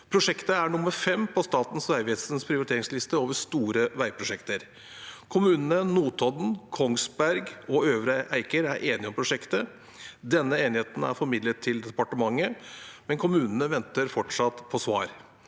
Prosjektet er nummer fem på Statens vegvesens prioriteringsliste over store veiprosjekter. Kommunene Notodden, Kongsberg og Øvre Eiker er enige om prosjektet. Denne enigheten er formidlet til departementet, men kommunene venter fortsatt på svar.